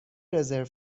رزرو